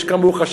יש כאן,